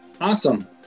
awesome